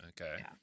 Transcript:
Okay